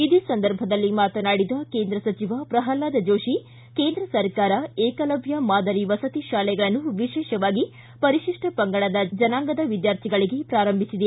ಇದೇ ಸಂದರ್ಭದಲ್ಲಿ ಮಾತನಾಡಿದ ಕೇಂದ್ರ ಸಚಿವ ಪ್ರಲ್ನಾದ ಜೋಶಿ ಕೇಂದ್ರ ಸರ್ಕಾರ ಏಕಲವ್ದ ಮಾದರಿ ವಸತಿ ಶಾಲೆಗಳನ್ನು ವಿಶೇಷವಾಗಿ ಪರಿಶಿಪ್ಪ ಪಂಗಡ ಜನಾಂಗದ ವಿದ್ಯಾರ್ಥಿಗಳಿಗೆ ಪ್ರಾರಂಭಿಸಿದೆ